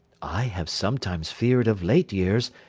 i have sometimes feared of late years,